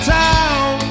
town